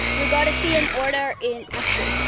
we got to see an order in action.